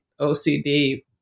OCD